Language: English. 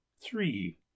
Three